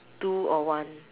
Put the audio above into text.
two or one